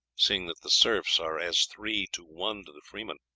seeing that the serfs are as three to one to the freemen.